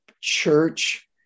church